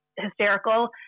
hysterical